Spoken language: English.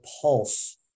pulse